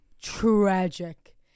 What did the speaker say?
tragic